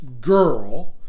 girl